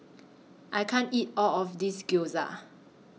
I can't eat All of This Gyoza